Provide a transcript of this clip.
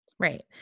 Right